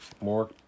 more